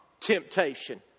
temptation